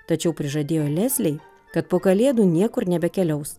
tačiau prižadėjo leslei kad po kalėdų niekur nebekeliaus